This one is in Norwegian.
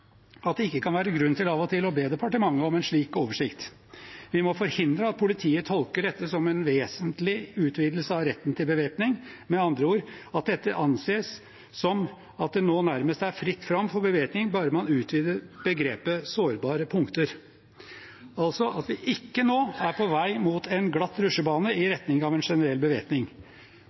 at det ikke kan være grunn til av og til å be departementet om en slik oversikt. Vi må forhindre at politiet tolker dette som en vesentlig utvidelse av retten til bevæpning, med andre ord at dette anses som at det nå nærmest er fritt fram for bevæpning bare man utvider begrepet «sårbare punkter», altså at vi ikke nå er på vei mot en glatt rutsjebane i retning av en generell bevæpning.